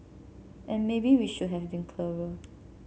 and maybe we should have been clearer